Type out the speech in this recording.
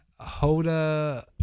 Hoda